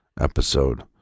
episode